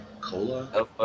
Cola